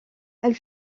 elle